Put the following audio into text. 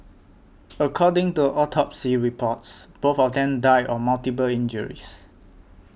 according to autopsy reports both of them died of multiple injuries